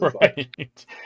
Right